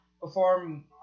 perform